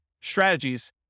strategies